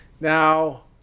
Now